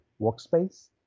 workspace